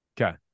Okay